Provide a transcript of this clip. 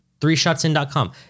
threeshotsin.com